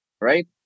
Right